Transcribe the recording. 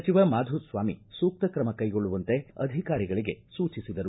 ಸಚಿವ ಮಾಧುಸ್ವಾಮಿ ಸೂಕ್ತ ಕ್ರಮ ಕೈಗೊಳ್ಳುವಂತೆ ಅಧಿಕಾರಿಗಳಿಗೆ ಸೂಚಿಸಿದರು